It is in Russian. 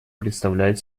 представляет